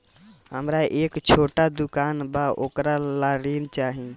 हमरा एक छोटा दुकान बा वोकरा ला ऋण चाही?